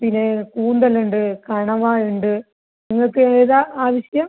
പിന്നെ കൂന്തൽ ഉണ്ട് കണവ ഉണ്ട് നിങ്ങൾക്ക് ഏതാ ആവിശ്യം